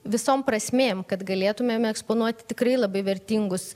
visom prasmėm kad galėtumėme eksponuoti tikrai labai vertingus